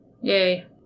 yay